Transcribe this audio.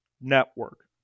Network